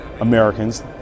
Americans